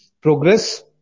progress